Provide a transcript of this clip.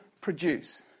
produce